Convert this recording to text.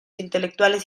intelectuales